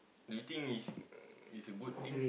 you think it's uh it's a good thing